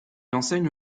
enseigne